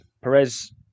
Perez